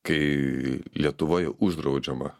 kai lietuvoje uždraudžiama